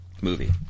movie